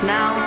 Now